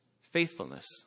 faithfulness